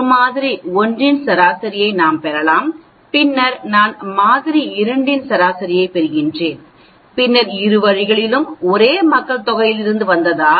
ஒரு மாதிரி ஒன்றின் சராசரியை நாம் பெறலாம் பின்னர் நான் மாதிரி இரண்டின் சராசரியைப் பெறுகிறேன் பின்னர் இரு வழிகளும் ஒரே மக்கள்தொகையிலிருந்து வந்ததா